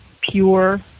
pure